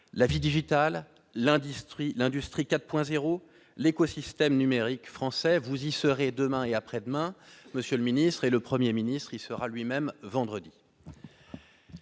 la vie digitale, l'industrie 4.0 ou l'écosystème numérique français. Vous y serez demain et après-demain, monsieur le secrétaire d'État, et le Premier ministre y viendra vendredi.